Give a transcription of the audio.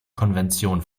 konvention